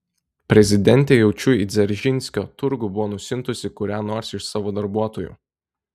prezidentė jaučiu į dzeržinskio turgų buvo nusiuntusi kurią nors iš savo darbuotojų